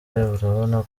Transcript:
urabona